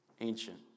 ancient